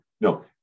No